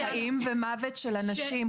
בחיים ומוות של אנשים.